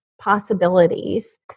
possibilities